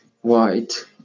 White